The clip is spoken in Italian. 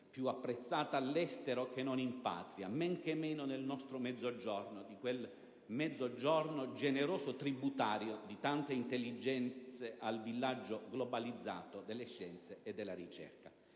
più apprezzata all'estero che non in Patria, men che meno nel nostro Mezzogiorno, quel Mezzogiorno generoso tributario di tante intelligenze al villaggio globalizzato delle scienze e della ricerca.